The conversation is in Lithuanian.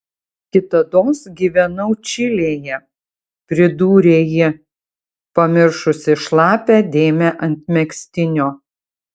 kitados gyvenau čilėje pridūrė ji pamiršusi šlapią dėmę ant megztinio